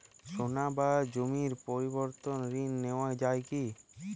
সোনা বা জমির পরিবর্তে ঋণ নেওয়া যায় কী?